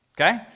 okay